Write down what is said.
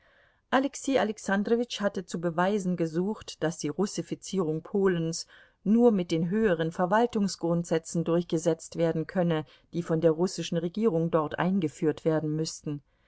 alexei alexandrowitsch hatte zu beweisen gesucht daß die russifizierung polens nur mit den höheren verwaltungsgrundsätzen durchgesetzt werden könne die von der russischen regierung dort eingeführt werden müßten